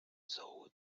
zoo